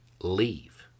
leave